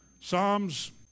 Psalms